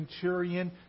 centurion